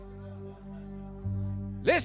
Listen